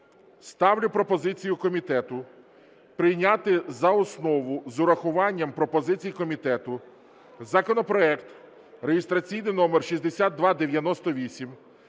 ставлю пропозицію комітету прийняти за основу з урахуванням пропозицій комітету законопроект (реєстраційний номер 6298).